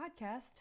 podcast